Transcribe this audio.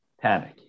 panic